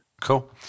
Cool